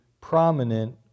prominent